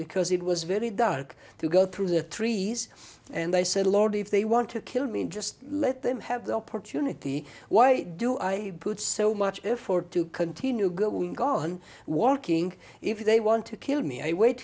because it was very dark to go through the trees and they said lord if they want to kill me just let them have the opportunity why do i put so much effort to continue good god walking if they want to kill me i wait